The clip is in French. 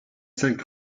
cinq